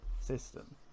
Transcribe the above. system